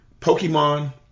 Pokemon